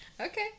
Okay